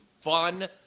fun